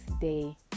day